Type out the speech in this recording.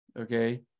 okay